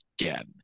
again